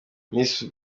miss